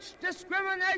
discrimination